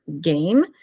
game